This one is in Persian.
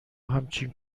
همچین